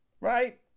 right